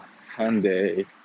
Sunday